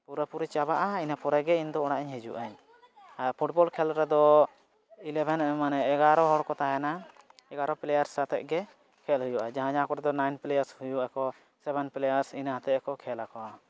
ᱯᱩᱨᱟᱹᱯᱩᱨᱤ ᱪᱟᱵᱟᱜᱼᱟ ᱤᱱᱟᱹᱯᱚᱨᱮᱜᱮ ᱤᱧ ᱫᱚ ᱚᱲᱟᱜ ᱤᱧ ᱦᱤᱡᱩᱜ ᱟᱹᱧ ᱟᱨ ᱯᱷᱩᱴᱵᱚᱞ ᱠᱷᱮᱞ ᱨᱮᱫᱚ ᱤᱞᱮᱵᱷᱮᱱ ᱚᱱᱢᱟᱱᱮ ᱮᱜᱟᱨᱚ ᱦᱚᱲ ᱠᱚ ᱛᱟᱦᱮᱱᱟ ᱮᱜᱟᱨᱚ ᱯᱞᱮᱭᱟᱨᱥ ᱟᱛᱮᱜᱮ ᱠᱷᱮᱞ ᱦᱩᱭᱩᱜᱼᱟ ᱡᱟᱦᱟᱸ ᱡᱟᱦᱟᱸ ᱠᱚᱨᱮ ᱫᱚ ᱱᱟᱭᱤᱱ ᱯᱞᱮᱭᱟᱨᱥ ᱦᱩᱭᱩᱜ ᱟᱠᱚ ᱥᱮᱵᱮᱱ ᱯᱞᱮᱭᱟᱨᱥ ᱤᱱᱟᱹᱦᱟᱛᱮᱜ ᱜᱮᱠᱚ ᱠᱷᱮᱞᱟᱠᱚ